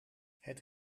het